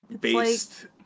based